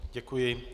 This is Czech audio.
Děkuji.